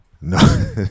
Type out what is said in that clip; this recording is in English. No